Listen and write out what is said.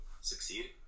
succeed